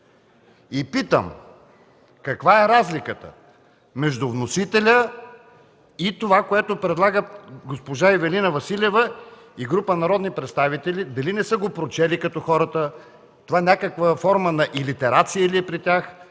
Питам: каква е разликата между вносителя и това, което предлагат госпожа Ивелина Василева и група народни представители – дали не са го прочели като хората, или е някаква форма на илитерация при тях?